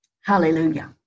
Hallelujah